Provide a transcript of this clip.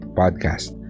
podcast